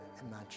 imagine